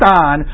on